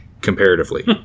comparatively